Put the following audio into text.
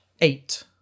eight